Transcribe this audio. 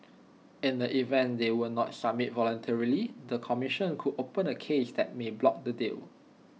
in the event they will not submit voluntarily the commission could open A case that may block the deal